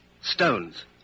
Stones